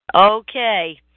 Okay